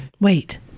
Wait